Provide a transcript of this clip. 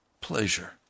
pleasure